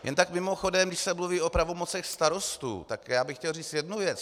Jen tak mimochodem, když se mluví o pravomocech starostů, tak já bych chtěl říct jednu věc.